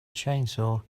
chainsaw